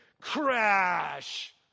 Crash